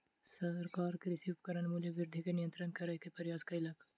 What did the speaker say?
सरकार कृषि उपकरणक मूल्य वृद्धि के नियंत्रित करै के प्रयास कयलक